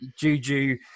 Juju